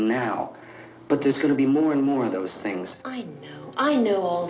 now but there's going to be more and more of those things i i know